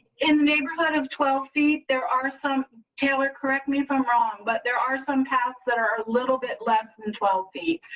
in the neighborhood of twelve feet. there are some taylor, correct me if i'm wrong, but there are some tasks that are a little bit less than and twelve feet.